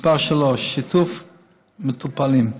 3. שיתוף מטופלים,